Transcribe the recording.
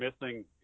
missing